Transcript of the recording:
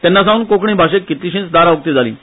तेन्ना सावन कोंकणी भाशेक कितलींशींच दारां उकतीं जालीं